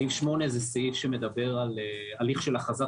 סעיף 8 זה סעיף שמדבר על הליך של אכרזת